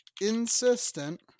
insistent